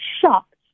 shocked